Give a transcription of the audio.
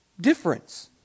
difference